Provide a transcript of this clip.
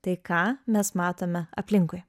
tai ką mes matome aplinkui